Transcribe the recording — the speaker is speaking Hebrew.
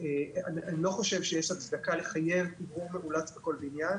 אני לא חושב שיש הצדקה לחייב אוורור מאולץ בכל בניין.